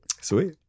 sweet